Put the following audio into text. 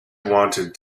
wanted